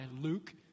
Luke